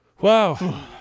Wow